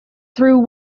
through